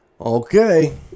Okay